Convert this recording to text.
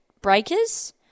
Breakers